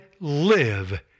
live